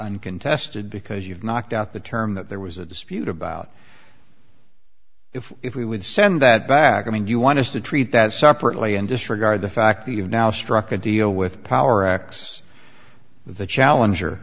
uncontested because you've knocked out the term that there was a dispute about if if we would send that back i mean you want us to treat that separately and disregard the fact that you now struck a deal with power x the challenger